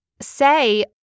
say